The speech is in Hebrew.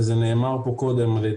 וזה נאמר פה קודם,